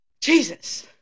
Jesus